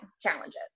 challenges